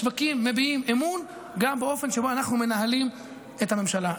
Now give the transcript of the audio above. השווקים מביעים אמון גם באופן שבו אנחנו מנהלים את הממשלה,